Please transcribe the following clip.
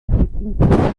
intensiver